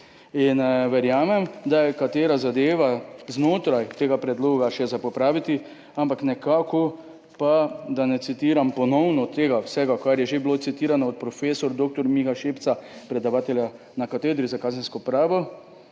Verjamem, da je kakšna zadeva znotraj tega predloga še za popraviti, ampak nekako, da ne citiram ponovno vsega tega, kar je že bilo citirano od profesorja dr. Miha Šepca, predavatelja na Katedri za kazensko pravo,